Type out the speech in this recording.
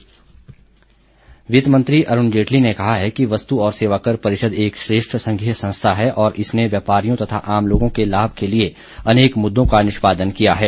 वित्त मंत्री वित्त मंत्री अरुण जेटली ने कहा है कि वस्तु और सेवा कर परिषद एक श्रेष्ठ संघीय संस्था है और इसने व्यापारियों तथा आम लोगों के लाभ के लिए अनेक मुद्दों का निष्मादन किया है